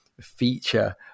feature